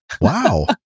Wow